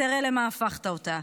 ותראה למה הפכת אותה,